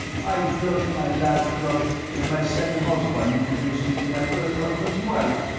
i blushed my last blush when my second husband introduced me to my first husband's wife.